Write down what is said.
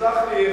תסלח לי,